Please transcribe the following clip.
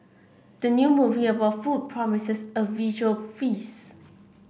the new movie about food promises a visual feast